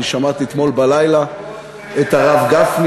אני שמעתי אתמול בלילה את הרב גפני.